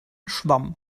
schwamm